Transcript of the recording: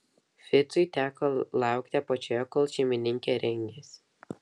ficui teko laukti apačioje kol šeimininkė rengėsi